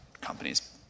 companies